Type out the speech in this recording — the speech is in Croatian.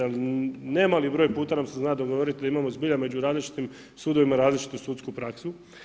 Jer ne mali broj puta nam se zna dogoditi da imamo zbilja među različitim sudovima različitu sudsku praksu.